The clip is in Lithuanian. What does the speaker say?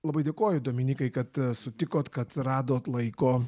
labai dėkoju dominykai kad sutikot kad radot laiko